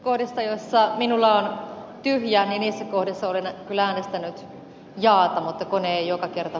lahdesta jossa minulla on neljän hengen vuodessa oli lähettänyt ja oma kone joka kerta